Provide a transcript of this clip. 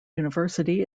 university